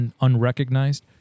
unrecognized